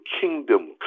kingdom